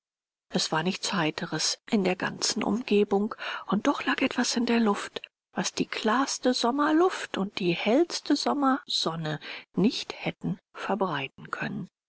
es war nichts heiteres in der ganzen umgebung und doch lag etwas in der luft was die klarste sommerluft und die hellste sommersonne nicht hätten verbreiten können